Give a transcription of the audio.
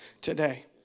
today